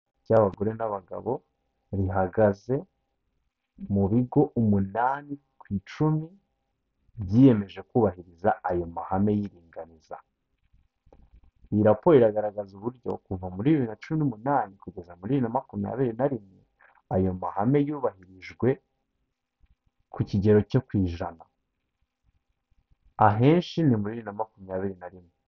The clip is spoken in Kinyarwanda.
Rya abagore n'abagabo rihagaze mu bigo umunani ku icumi byiyemeje kubahiriza ayo mahame y'iringaniza. Iyi raporo iragaragaza uburyo kuva muri bibiri na cumi n'umunani kugeza muri bibiri na makumyabiri na rimwe ayo mahame yubahirijwe ku kigero cyo ku ijana. Ahenshi ni muri bibiri na makumyabiri na rimwe.